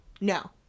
No